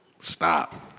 stop